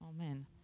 Amen